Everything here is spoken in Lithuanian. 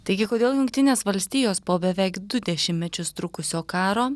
taigi kodėl jungtinės valstijos po beveik du dešimtmečius trukusio karo